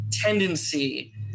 tendency